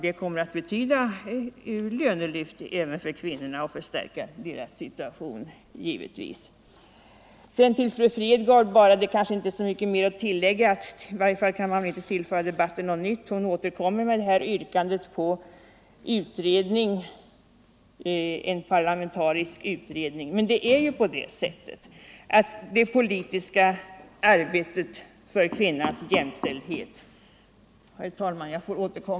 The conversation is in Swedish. Det kommer givetvis att betyda lönelyft även för kvinnorna och förbättra deras situation.